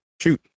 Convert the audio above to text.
Shoot